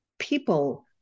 People